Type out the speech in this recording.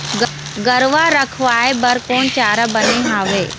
गरवा रा खवाए बर कोन चारा बने हावे?